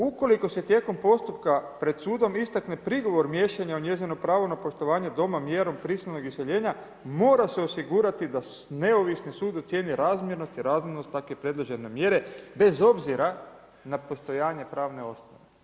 Ukoliko se tijekom postupka pred sudom istakne prigovor miješanja u njezino pravo na poštovanje doma mjerom prisilnog iseljenja mora se osigurati da neovisni sud ocijeni razmjerno i razmjernost takve predložene mjere bez obzira na postojanje pravne osnove.